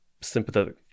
Sympathetic